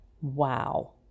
Wow